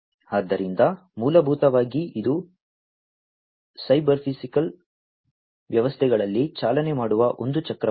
ಆದ್ದರಿಂದ ಮೂಲಭೂತವಾಗಿ ಇದು ಸೈಬರ್ಫಿಸಿಕಲ್ ವ್ಯವಸ್ಥೆಗಳಲ್ಲಿ ಚಾಲನೆ ಮಾಡುವ ಒಂದು ಚಕ್ರವಾಗಿದೆ